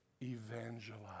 evangelize